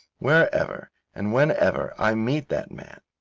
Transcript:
wherever and whenever i meet that man,